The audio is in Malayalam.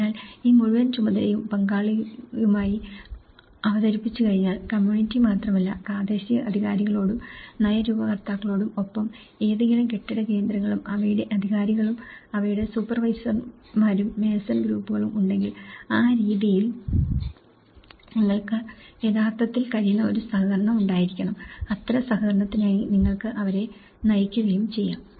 അതിനാൽ ഈ മുഴുവൻ ചുമതലയും പങ്കാളിയുമായി അവതരിപ്പിച്ചുകഴിഞ്ഞാൽ കമ്മ്യൂണിറ്റി മാത്രമല്ല പ്രാദേശിക അധികാരികളോടും നയരൂപകർത്താക്കളോടും ഒപ്പം ഏതെങ്കിലും കെട്ടിട കേന്ദ്രങ്ങളും അവയുടെ അധികാരികളും അവയുടെ സൂപ്പർവൈസർമാരും മേസൺ ഗ്രൂപ്പുകളും ഉണ്ടെങ്കിൽ ആ രീതിയിൽ നിങ്ങൾക്ക് യഥാർത്ഥത്തിൽ കഴിയുന്ന ഒരു സഹകരണം ഉണ്ടായിരിക്കണം അത്തരം സഹകരണത്തിനായി നിങ്ങൾക്ക് അവരെ നയിക്കുകയും ചെയ്യാം